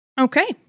Okay